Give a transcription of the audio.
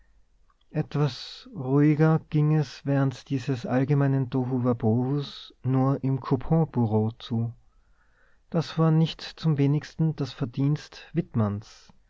etwas ruhiger ging es während dieses allgemeinen tohuwabohus nur im couponbureau zu das war nicht zum wenigsten das verdienst